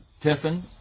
Tiffin